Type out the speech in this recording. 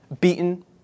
beaten